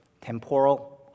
temporal